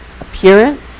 appearance